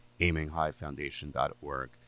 AimingHighFoundation.org